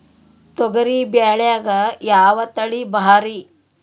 ತೊಗರಿ ಬ್ಯಾಳ್ಯಾಗ ಯಾವ ತಳಿ ಭಾರಿ?